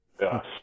Yes